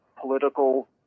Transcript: political